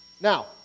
Now